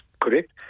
correct